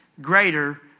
greater